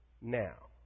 now